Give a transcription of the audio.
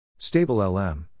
StableLM